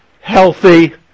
healthy